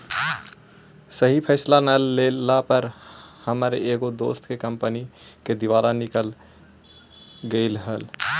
सही फैसला न लेला पर हमर एगो दोस्त के कंपनी के दिवाला निकल गेलई हल